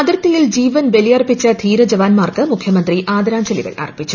അതിർത്തിയിൽ ജീവൻ ബലിയർപ്പിച്ച ധീര ജവാന്മാർക്ക് മുഖ്യമന്ത്രി ആദരാഞ്ജലികൾ അർപ്പിച്ചു